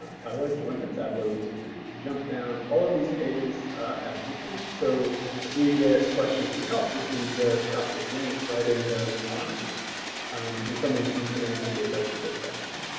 how do i join the tableau user group? the jump down, all of these pages have anchors. so if we get a question through help, we can just drop this link right in response and someone's going to navigate right to this section.